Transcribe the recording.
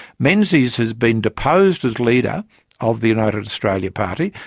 menzies has been deposed as leader of the united australia party,